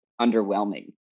underwhelming